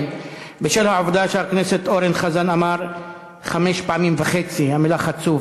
בשל העובדה שחבר הכנסת אורן חזן אמר חמש פעמים וחצי את המילה "חצוף"